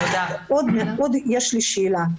יש לי שאלה.